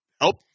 help